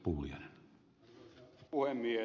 arvoisa puhemies